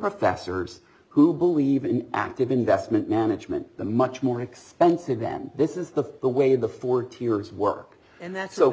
professors who believe in active investment management the much more expensive them this is the the way the fourteeners work and that's so